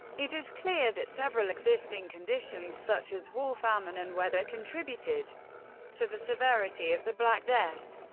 it is clear that several existing conditions such as war, famine, and weather contributed to the severity of the black death.